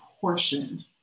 portion